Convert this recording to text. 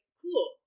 cool